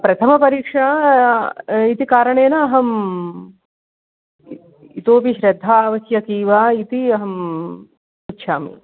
प्रथमपरीक्षा इति कारणेन अहम् इतोपि श्रद्धा आवश्यकी वा इति अहं पृच्छामि